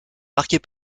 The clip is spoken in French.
marquée